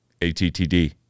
Attd